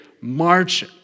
march